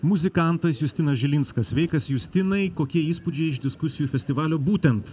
muzikantas justinas žilinskas sveikas justinai kokie įspūdžiai iš diskusijų festivalio būtent